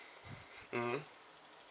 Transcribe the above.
mmhmm